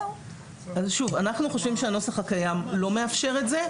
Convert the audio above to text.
אנחנו חושבים שהנוסח הקיים לא מאפשר את זה.